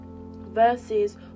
verses